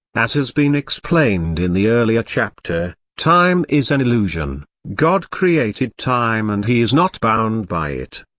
as has been explained in the earlier chapter, time is an illusion god created time and he is not bound by it.